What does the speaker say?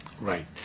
Right